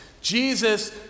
Jesus